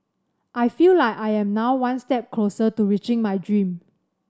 I feel like I am now one step closer to reaching my dream